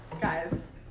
guys